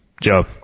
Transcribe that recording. Joe